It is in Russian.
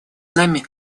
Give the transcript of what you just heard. нами